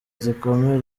zikomeye